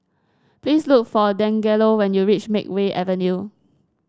please look for Dangelo when you reach Makeway Avenue